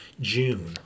June